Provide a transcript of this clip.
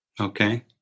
Okay